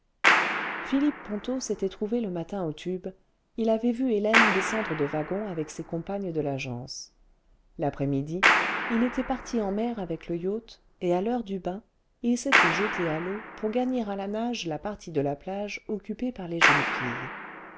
philippe ponto s'était trouvé le matin au tube il avait vu hélène descendre de wagon avec ses compagnes de l'agence l'après-midi il était parti en mer avec le yacht et à l'heure du bain il s'était jeté à l'eau pour gagner à la nage la partie de la plage occupée par les jeunes filles